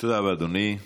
תודה רבה, אדוני.